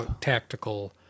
tactical